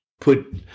put